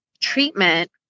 treatment